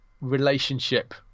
relationship